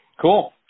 Cool